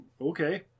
okay